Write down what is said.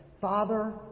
Father